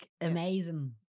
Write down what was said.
amazing